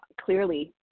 clearly